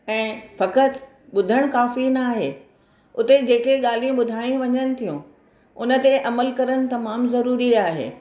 ऐं फ़क़ति ॿुधणु काफ़ी ना आहे उते जेके ॻाल्हियूं ॿुधाई वञनि थियूं उन ते अमल करणु तमामु ज़रूरी आहे